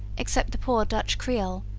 except the poor dutch creole,